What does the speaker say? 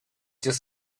just